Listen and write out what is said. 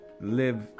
live